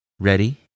Ready